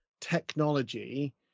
technology